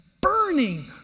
burning